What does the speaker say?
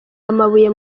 amabuye